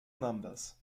numbers